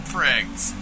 Pricks